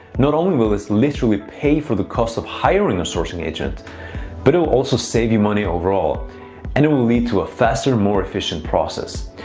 not only will this literally pay for the cost of hiring a sourcing agent but it will also save you money overall and it will lead to a faster, more efficient process.